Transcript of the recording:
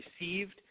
received